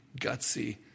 gutsy